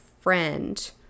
friend